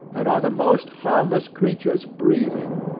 and are the most harmless creatures breathing.